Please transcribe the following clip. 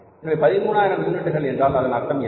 எனவே 13000 யூனிட்டுகள் என்றால் அதன் அர்த்தம் என்ன